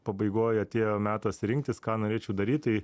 pabaigoj atėjo metas rinktis ką norėčiau daryti tai